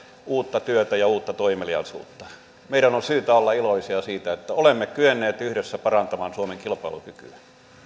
uutta työtä ja uutta toimeliaisuutta meidän on syytä olla iloisia siitä että olemme kyenneet yhdessä parantamaan suomen kilpailukykyä